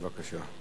בבקשה,